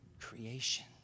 creation